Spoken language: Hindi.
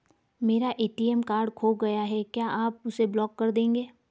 मेरा ए.टी.एम कार्ड खो गया है क्या आप उसे ब्लॉक कर देंगे?